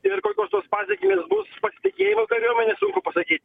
ir kokios tos pasekmės bus pasitikėjimui kariuomenės sunku pasakyt